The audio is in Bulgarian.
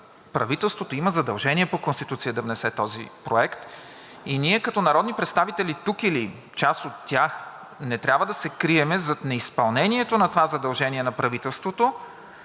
правителството има задължение по Конституция да внесе този проект и ние като народни представители тук или част от нас не трябва да се крием зад неизпълнението на това задължение на правителството,